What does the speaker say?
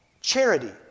charity